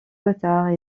gothard